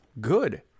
good